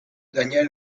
daniel